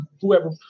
whoever